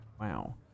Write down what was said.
Wow